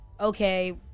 okay